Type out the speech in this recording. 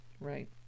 Right